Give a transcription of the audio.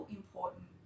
important